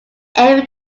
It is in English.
ever